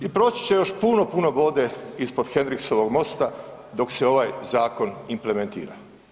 I proći će još puno, puno vode ispod Hendrixovog mosta dok se ovaj zakon implementira.